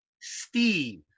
Steve